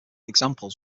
examples